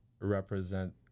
represent